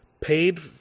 paid